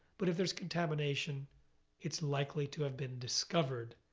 but if there is contamination it's likely to have been discovered.